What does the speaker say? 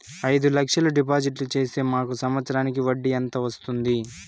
అయిదు లక్షలు డిపాజిట్లు సేస్తే మాకు సంవత్సరానికి వడ్డీ ఎంత వస్తుంది?